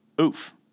Oof